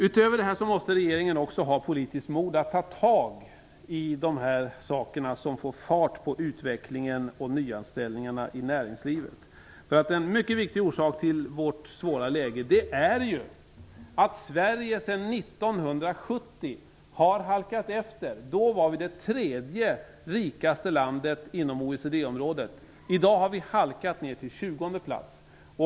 Utöver detta måste regeringen också ha politiskt mot att ta tag i det som får fart på utvecklingen och nyanställningarna i näringslivet. En mycket viktig orsak till vårt svåra läge är ju att Sverige sedan 1970 har halkat efter. Då var vi det tredje rikaste landet inom OECD-området. I dag har vi halkat ner till 20:e plats.